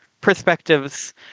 perspectives